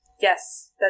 yes